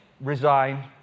resign